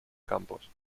campos